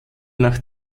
nach